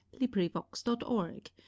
LibriVox.org